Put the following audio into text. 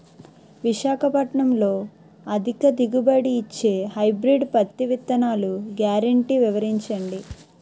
విశాఖపట్నంలో అధిక దిగుబడి ఇచ్చే హైబ్రిడ్ పత్తి విత్తనాలు గ్యారంటీ వివరించండి?